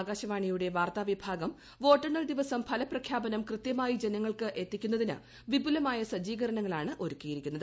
ആകാശവാണിയുടെ വാർത്താ വിഭാഗം വോട്ടെണ്ണൽ ദിവസം ഫലപ്രഖ്യാപനം കൃത്യമായി ജനങ്ങൾക്ക് എത്തിക്കുന്നതിന് വിപുലമായ സജ്ജീകരണങ്ങളാണ് ഒരുക്കിയിരിക്കുന്നത്